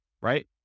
right